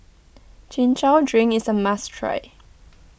Chin Chow Drink is a must try